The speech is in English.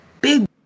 big